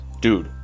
Dude